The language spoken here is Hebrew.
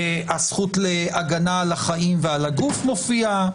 הזכות להגנה על החיים ועל הגוף מופיעה,